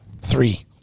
three